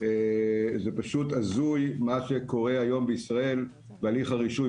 וזה פשוט הזוי מה שקורה היום בישראל בהליך הרישוי,